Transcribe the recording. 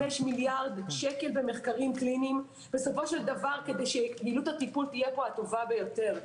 מיליארד שקל במחקרים קליניים כדי שיעילות הטיפול תהיה הטובה ביותר.